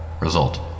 Result